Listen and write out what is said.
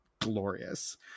glorious